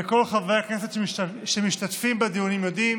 וכל חברי הכנסת שמשתתפים בדיונים יודעים